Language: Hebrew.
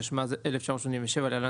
התשמ"ז-1987 (להלן,